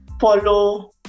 follow